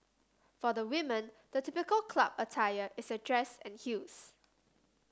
for the women the typical club attire is a dress and heels